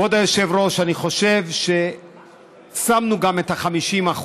כבוד היושב-ראש, אני חושב ששמנו את ה-50%